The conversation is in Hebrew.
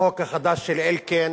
בחוק החדש של אלקין